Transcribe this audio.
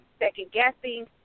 second-guessing